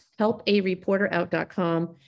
helpareporterout.com